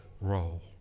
role